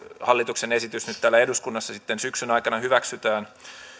hallituksen esitys nyt täällä eduskunnassa sitten syksyn aikana hyväksytään